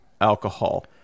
alcohol